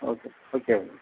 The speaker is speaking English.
okay okay